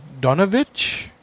donovich